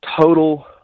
total